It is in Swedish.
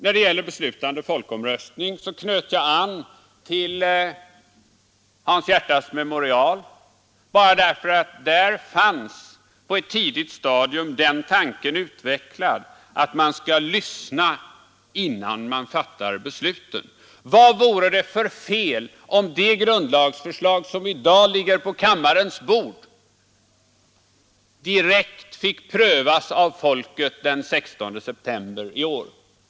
När det gäller beslutande folkomröstning knöt jag an till Hans Järtas memorial därför att där på ett tidigt stadium fanns den tanken utvecklad, att man skall lyssna innan man fattar besluten. Vad vore det för fel, om det grundlagsförslag som i dag ligger på kammarens bord direkt fick prövas av folket den 16 september i år?